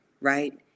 right